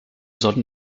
sollten